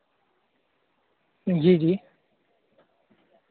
जी जी